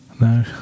No